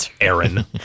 Aaron